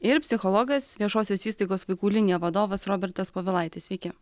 ir psichologas viešosios įstaigos vaikų linija vadovas robertas povilaitis sveiki